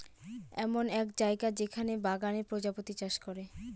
এমন এক জায়গা যেখানে বাগানে প্রজাপতি চাষ করে